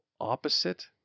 opposite